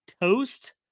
toast